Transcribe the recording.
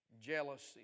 Jealousy